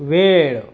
वेळ